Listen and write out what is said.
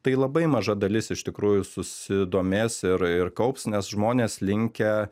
tai labai maža dalis iš tikrųjų susidomės ir ir kaups nes žmonės linkę